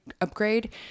upgrade